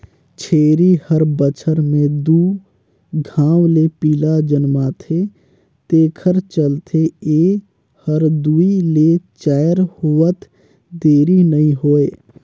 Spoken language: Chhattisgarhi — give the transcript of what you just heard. छेरी हर बच्छर में दू घांव ले पिला जनमाथे तेखर चलते ए हर दूइ ले चायर होवत देरी नइ होय